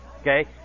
okay